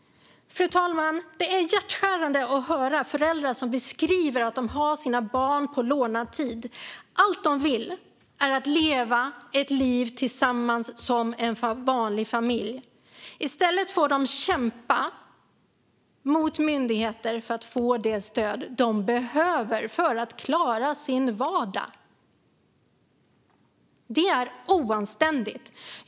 Fru talman! Det är hjärtskärande att höra föräldrar som beskriver att de har sina barn på lånad tid. Allt de vill är att leva ett liv tillsammans, som en vanlig familj. I stället får de kämpa mot myndigheter för att få det stöd de behöver för att klara sin vardag. Det är oanständigt.